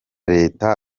leta